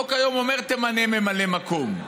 החוק היום אומר: תמנה ממלא מקום.